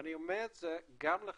אני אומר את זה גם לכם,